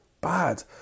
bad